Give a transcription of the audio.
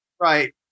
Right